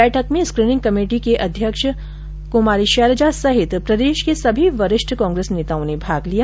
बैठक में screening committee की अध्यक्ष क्मारी शैलेजा सहित प्रदेश के सभी वरिष्ठ कांग्रेस नेताओं ने भाग लिया